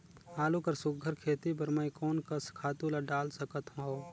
आलू कर सुघ्घर खेती बर मैं कोन कस खातु ला डाल सकत हाव?